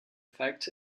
effect